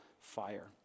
fire